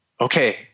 okay